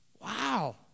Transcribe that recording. wow